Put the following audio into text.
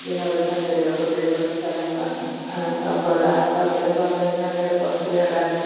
വിനോദസഞ്ചാരികള്ക്കു പ്രിയപ്പെട്ട സ്ഥലങ്ങളാണ് കാപ്പാട ആന പാര്ക്കിലൊക്കെ വന്നു കഴിഞ്ഞാൽ ആനയുടെ പുറത്തു കയറാനും